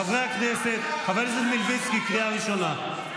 חבר הכנסת מלביצקי, קריאה ראשונה.